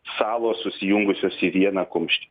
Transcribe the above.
salos susijungusios į vieną kumštį